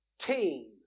team